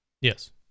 Yes